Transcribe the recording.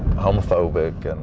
homophobic. and